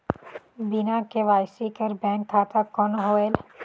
बिना के.वाई.सी कर बैंक खाता कौन होएल?